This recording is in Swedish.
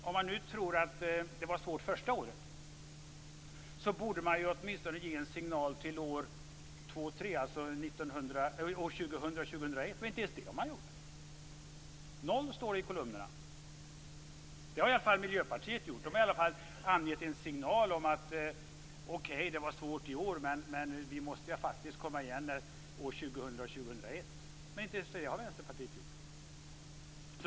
Om man nu tror att det var svårt första året, borde man åtminstone ge en signal till år två och tre, dvs. år 2000 och 2001. Inte ens det har man gjort. Noll, står det i kolumnerna. Miljöpartiet har åtminstone givit en signal om att det visserligen var svårt i år, men att man måste komma igen år 2000 och 2001. Inte ens det har Vänsterpartiet gjort.